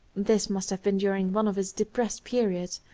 this must have been during one of his depressed periods,